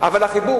אבל החיבור